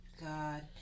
God